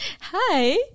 Hi